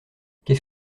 qu’est